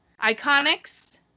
Iconics